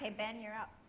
ah ben, you're up.